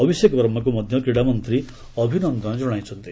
ଅଭିଷେକ ବର୍ମାଙ୍କୁ ମଧ୍ୟ କ୍ରୀଡ଼ାମନ୍ତ୍ରୀ ଅଭିନନ୍ଦନ ଜଣାଇଛନ୍ତି